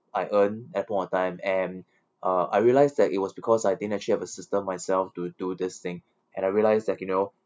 I earn at point of time and uh I realised that it was because I didn't actually have a system myself to do this thing and I realise that you know